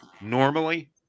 normally